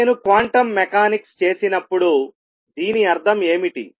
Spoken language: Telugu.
నేను క్వాంటం మెకానిక్స్ చేసినప్పుడు దీని అర్థం ఏమిటి